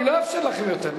אני לא ארשה לכם יותר,